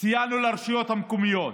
סייענו לרשויות המקומיות,